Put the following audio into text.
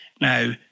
Now